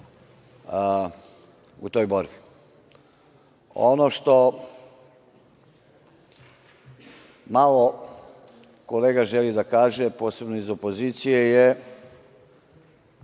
u toj borbi. Ono što malo kolega želi da kaže, posebno iz opozicije je